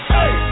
hey